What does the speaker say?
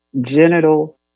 genital